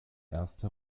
erste